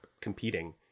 competing